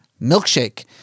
milkshake